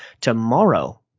Tomorrow